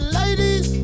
ladies